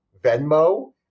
Venmo